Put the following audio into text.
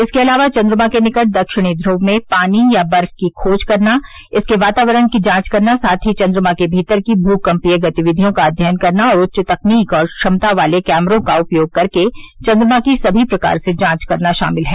इसके अलावा चंद्रमा के निकट दक्षिणी ध्रव में पानी या बर्फ की खोज करना इसके वातावरण की जांच करना साथ ही चंद्रमा के भीतर की भूकंपीय गतिविधियों का अध्ययन करना और उच्च तकनीक और क्षमता वाले कैमरों का उपयोग कर चंद्रमा की सभी प्रकार से जांच करना शामिल है